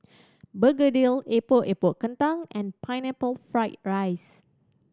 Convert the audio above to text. begedil Epok Epok Kentang and Pineapple Fried rice